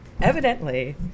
evidently